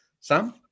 Sam